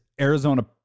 Arizona